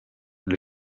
will